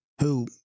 who